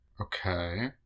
Okay